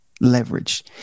Leverage